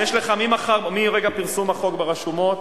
יש לך, מרגע פרסום החוק ברשומות,